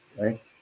right